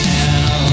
now